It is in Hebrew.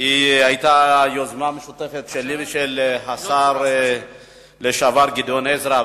היתה יוזמה משותפת שלי ושל השר לשעבר גדעון עזרא.